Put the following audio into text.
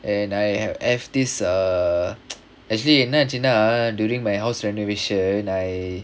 and I have F this err actually என்ன ஆச்சுனா:enna aachunaa during my house renovation I